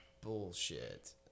Bullshit